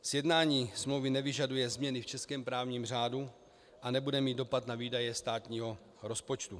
Sjednání smlouvy nevyžaduje změny v českém právním řádu a nebude mít dopad na výdaje státního rozpočtu.